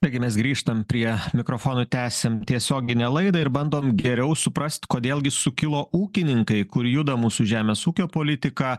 taigi mes grįžtam prie mikrofonų tęsim tiesioginę laidą ir bandom geriau suprast kodėl gi sukilo ūkininkai kur juda mūsų žemės ūkio politika